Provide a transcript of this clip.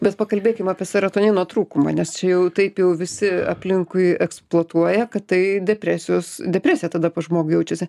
bet pakalbėkim apie serotonino trūkumą nes jau taip jau visi aplinkui eksploatuoja kad tai depresijos depresija tada pas žmogų jaučiasi